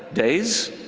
days?